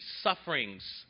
sufferings